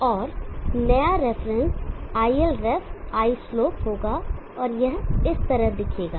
और नया reference iLref islope होगा और यह इस तरह दिखेगा